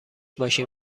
ماشین